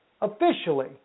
officially